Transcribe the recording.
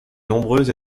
nombreux